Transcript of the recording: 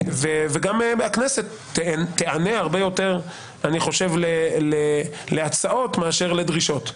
וגם הכנסת תיענה הרבה יותר להצעות מאשר לדרישות.